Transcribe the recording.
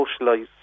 socialise